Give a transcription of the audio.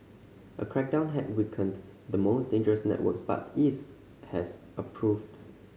a crackdown had weakened the most dangerous networks but is has proved